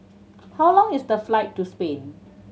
how long is the flight to Spain